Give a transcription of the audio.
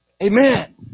Amen